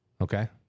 Okay